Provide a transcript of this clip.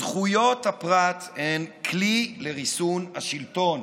זכויות הפרט הן כלי לריסון השלטון.